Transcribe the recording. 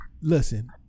listen